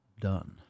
done